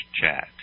chat